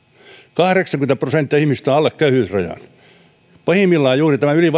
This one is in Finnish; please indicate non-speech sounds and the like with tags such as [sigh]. kahdeksankymmentä prosenttia ihmisistä elää köyhyysrajan alla pahimmillaan juuri tämä yli [unintelligible]